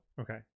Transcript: Okay